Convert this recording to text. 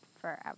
forever